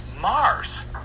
Mars